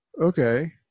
okay